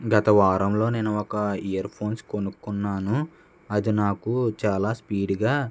గత వారంలో నేను ఒక ఇయర్ ఫోన్స్ కొనుక్కున్నాను అది నాకు చాలా స్పీడ్గా